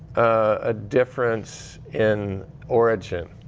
ah difference in origin.